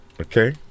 Okay